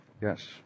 Yes